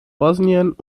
bosnien